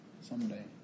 someday